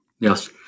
Yes